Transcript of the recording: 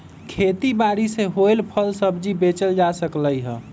खेती बारी से होएल फल सब्जी बेचल जा सकलई ह